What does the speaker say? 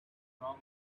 from